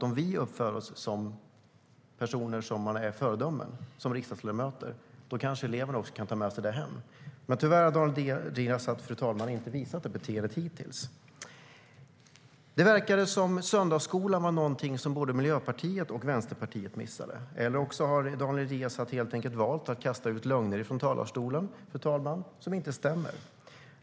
Om vi riksdagsledamöter uppför oss som föredömen kanske eleverna kan ta med sig det hem. Men tyvärr har Daniel Riazat, fru talman, inte visat det beteendet hittills. Det verkar som att söndagsskolan var någonting som både Miljöpartiet och Vänsterpartiet missade. Eller också har Daniel Riazat helt enkelt valt att kasta ut lögner från talarstolen, fru talman.